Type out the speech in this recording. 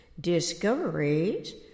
Discoveries